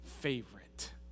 favorite